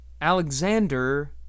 Alexander